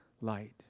light